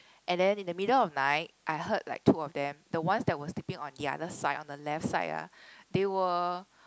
and then in the middle of the night I heard like two of them the ones that were sleeping on the other side on the left side ah they were